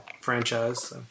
franchise